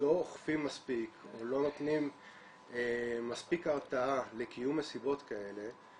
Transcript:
לא אוכפים מספיק ולא נותנים מספיק הרתעה לקיום מסיבות כאלה,